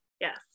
Yes